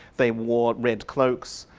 they wore red cloaks.